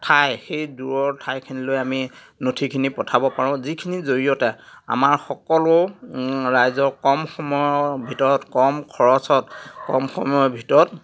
ঠাই সেই দূৰৰ ঠাইখিনিলৈ আমি নথিখিনি পঠাব পাৰোঁ যিখিনিৰ জৰিয়তে আমাৰ সকলো ৰাইজৰ কম সময়ৰ ভিতৰত কম খৰচত কম সময়ৰ ভিতৰত